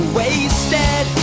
wasted